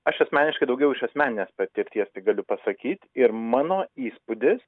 aš asmeniškai daugiau iš asmeninės patirties tik galiu pasakyt ir mano įspūdis